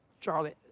Charlie